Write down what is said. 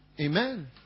Amen